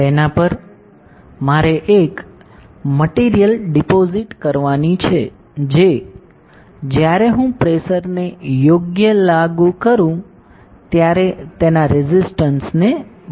તેના પર મારે એક મટિરિયલ ડિપોજિટ કરવાની છે જે જ્યારે હું પ્રેશરને યોગ્ય લાગુ કરું ત્યારે તેના રેસિસ્ટન્સ ને બદલશે